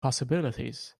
possibilities